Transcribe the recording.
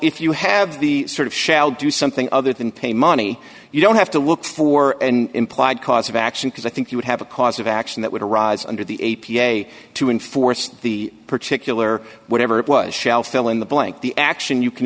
if you have the sort of shall do something other than pay money you don't have to look for an implied cause of action because i think you would have a cause of action that would arise under the a p a to enforce the particular whatever it was shall fill in the blank the action you can